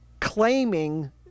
claiming